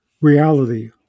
reality